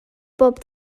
bob